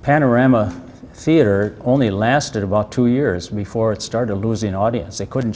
panorama theatre only lasted about two years before it started losing audience they couldn't